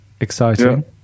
Exciting